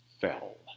fell